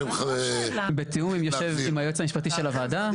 בתיאום עם היועץ המשפטי של הוועדה,